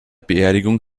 beerdigung